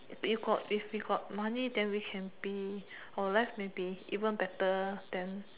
if got if we got money then we can be or live can be even better than